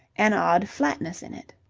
an odd flatness in it.